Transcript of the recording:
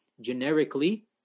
generically